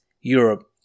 Europe